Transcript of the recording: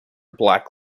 black